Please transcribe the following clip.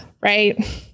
Right